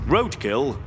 Roadkill